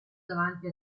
davanti